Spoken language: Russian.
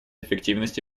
эффективность